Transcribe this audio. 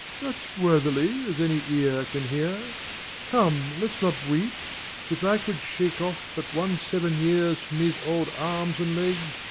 that's worthily as any ear can hear come, let's not weep if i could shake off but one seven years from these old arms and legs,